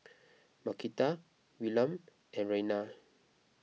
Marquita Willam and Raina